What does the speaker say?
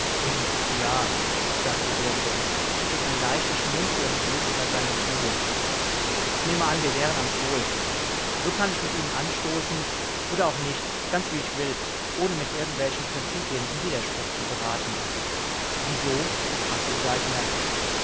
ja sagte grunthe und ein leichtes schmunzeln glitt über seine züge ich nehme an wir wären am pol so kann ich mit ihnen anstoßen oder auch nicht ganz wie ich will ohne mit irgendwelchen prinzipien in widerspruch zu geraten wieso fragte